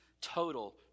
Total